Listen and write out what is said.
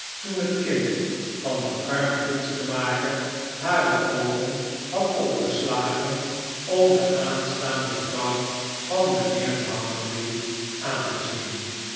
toen het kind van den armen kunstenmaker hare oogen had opgeslagen om de aanstaande vrouw van mijnheer bounderby aan te zien